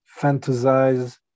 fantasize